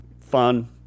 Fun